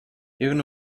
even